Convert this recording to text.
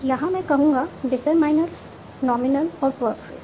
यहां मैं कहूंगा डिटरमाइनर नॉमिनल और वर्ब फ्रेज